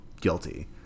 guilty